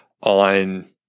on